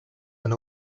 and